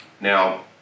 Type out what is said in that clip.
Now